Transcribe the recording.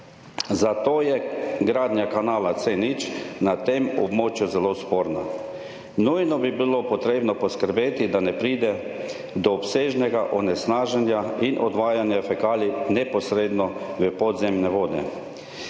je gradnja kanala C0 na tem območju zelo sporna. Nujno bi bilo potrebno poskrbeti, da ne pride do obsežnega onesnaženja in odvajanja fekalij neposredno v podzemne vode.